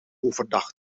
overdag